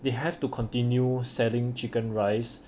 they have to continue selling chicken rice